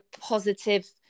positive